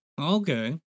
Okay